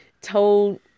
told